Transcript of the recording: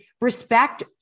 respect